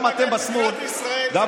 מה שמעניין את מדינת ישראל זה ביטחון,